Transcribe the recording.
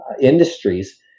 industries